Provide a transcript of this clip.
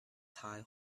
tie